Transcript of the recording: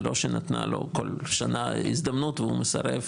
זה לא שנתנה לו כל שנה הזדמנות והוא מסרב,